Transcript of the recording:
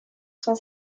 son